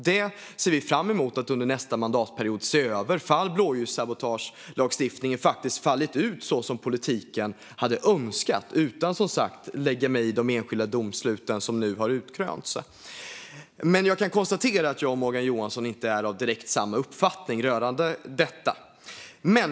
Vi ser fram emot att under nästa mandatperiod se över ifall blåljussabotagelagstiftningen faktiskt fallit ut så som politiken hade önskat, utan att jag lägger mig i de enskilda domslut som nu har kommit. Jag kan konstatera att jag och Morgan Johansson inte är av direkt samma uppfattning rörande detta.